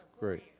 great